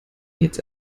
jetzt